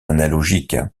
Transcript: analogique